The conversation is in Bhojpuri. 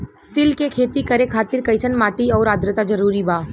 तिल के खेती करे खातिर कइसन माटी आउर आद्रता जरूरी बा?